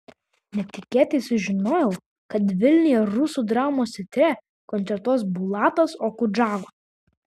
netikėtai sužinojau kad vilniuje rusų dramos teatre koncertuos bulatas okudžava